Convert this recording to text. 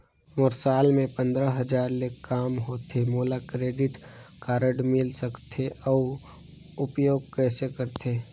मोर साल मे पंद्रह हजार ले काम होथे मोला क्रेडिट कारड मिल सकथे? अउ उपयोग कइसे करथे?